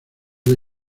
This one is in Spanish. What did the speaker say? the